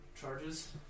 charges